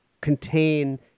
contain